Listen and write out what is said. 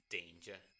danger